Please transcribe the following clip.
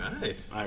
Nice